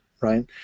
right